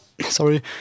sorry